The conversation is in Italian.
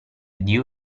dio